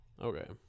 Okay